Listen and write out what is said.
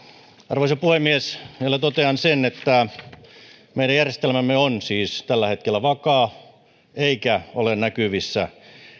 arvoisa puhemies vielä totean sen että meidän järjestelmämme on siis tällä hetkellä vakaa eikä ole näkyvissä